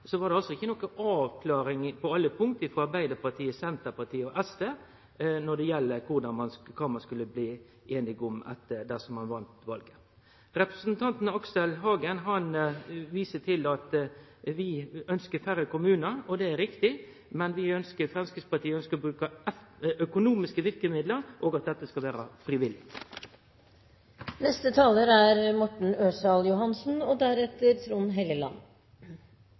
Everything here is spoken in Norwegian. var det ikkje avklaring på noko punkt frå Arbeidarpartiet, Senterpartiet og SV når det galdt kva ein skulle bli einig om dersom ein vann valet. Representanten Aksel Hagen viser til at vi ønskjer færre kommunar. Det er riktig, men Framstegspartiet ønskjer å bruke økonomiske verkemiddel, og at dette skal vere friviljug. Representanten Haugli var inne på kommunenes vilje til boligbygging. Jeg har selv vært kommunestyrepolitiker i en del år, og